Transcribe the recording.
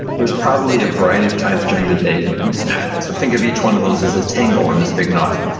there's probably a variety of times during the day when you snack, and so think of each one of those as a tangle on this big knot.